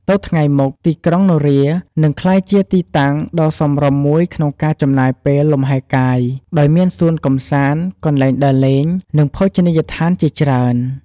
ទៅថ្ងៃមុខ ទីក្រុងនរានឹងក្លាយជាទីតាំងដ៏សមរម្យមួយក្នុងការចំណាយពេលលំហែលកាយ ដោយមានសួនកម្សាន្ត កន្លែងដើរលេង និងភោជនីយដ្ឋានជាច្រើន។